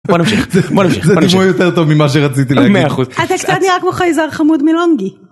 בוא נמשיך, בוא נמשיך, זה דימוי יותר טוב ממה שרציתי להגיד, מאה אחוז, אתה קצת נראה כמו חייזר חמוד מילונגי.